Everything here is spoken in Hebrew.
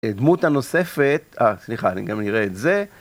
דמות הנוספת, סליחה, אני גם אראה את זה.